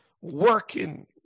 working